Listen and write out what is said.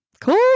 Cool